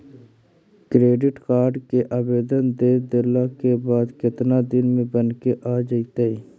Credit card के आवेदन दे देला के बाद केतना दिन में बनके आ जइतै?